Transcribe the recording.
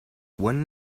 when